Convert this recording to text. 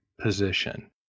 position